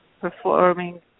performing